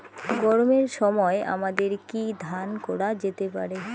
গরমের সময় আমাদের কি ধান চাষ করা যেতে পারি?